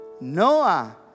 Noah